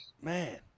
Man